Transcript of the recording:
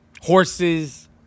horses